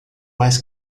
mais